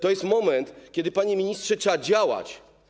To jest moment, kiedy, panie ministrze, trzeba działać.